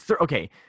Okay